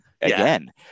again